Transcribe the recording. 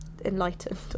enlightened